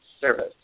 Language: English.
service